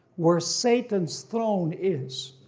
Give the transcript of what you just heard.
where satan's throne is.